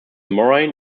moraine